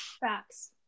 Facts